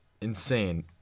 Insane